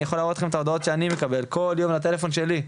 אני יכול להראות לכם את ההודעות שאני מקבל כל יום לטלפון שלי,